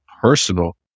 personal